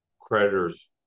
creditors